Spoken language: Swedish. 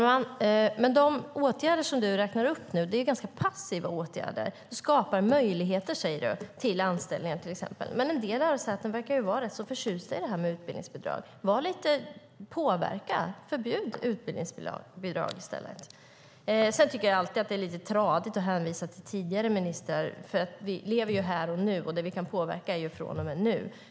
Herr talman! De åtgärder som Jan Björklund räknar upp är ganska passiva åtgärder. Vi skapar möjligheter till anställningar, säger du till exempel. En del lärosäten verkar ju vara förtjusta i utbildningsbidrag. Påverka. Förbjud utbildningsbidrag. Det är tradigt att höra hänvisningar till tidigare ministrar. Vi lever här och nu, och det vi kan påverka är från och med nu.